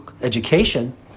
education